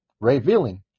Revealing